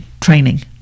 training